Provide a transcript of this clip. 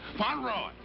fauntleroy,